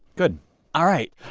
good all right.